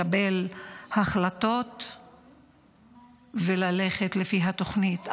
לקבל החלטות וללכת לפי התוכנית.